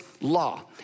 law